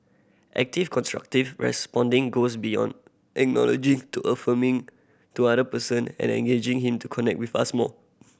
active constructive responding goes beyond acknowledging to affirming to other person and engaging him to connect with us more